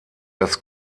das